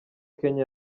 kenya